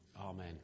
amen